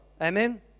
Amen